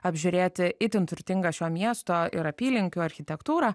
apžiūrėti itin turtingą šio miesto ir apylinkių architektūrą